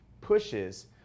pushes